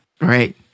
Right